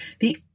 The